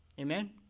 Amen